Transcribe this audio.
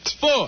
Four